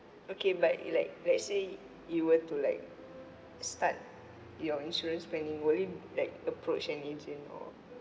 okay but like like let's say you were to like start your insurance planning will you like approach an agent or